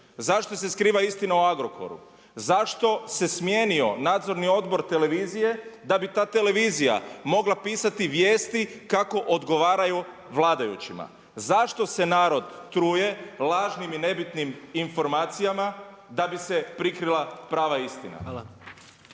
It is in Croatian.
Zašto se skriva istina o Agrokoru? Zašto se smijenio nadzorni odbor televizije da bi ta televizija mogla pisati vijesti kako odgovaraju vladajućima? Zašto se narod truje lažnim i nebitnim informacijama da bi se prikrila prava istina?